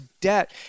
debt